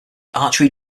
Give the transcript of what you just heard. archery